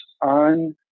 on